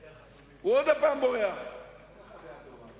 ואני חושב שצריך להעריך את זה שבימים האלה,